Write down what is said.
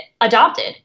adopted